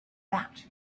that